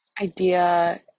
idea